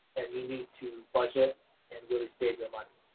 and you need to budget and really save your money.